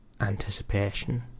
anticipation